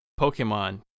Pokemon